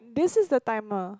this is the timer